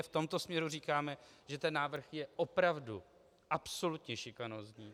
V tomto směru říkáme, že ten návrh je opravdu absolutně šikanózní.